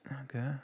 Okay